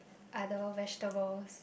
other vegetables